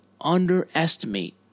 underestimate